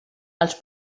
els